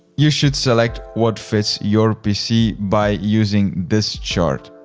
you should select what fits your pc by using this chart.